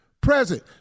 present